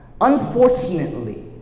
Unfortunately